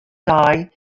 dei